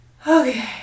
okay